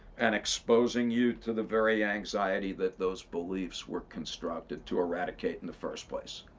and exposing you to the very anxiety that those beliefs were constructed to eradicate in the first place.